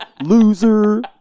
Loser